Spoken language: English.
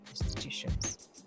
institutions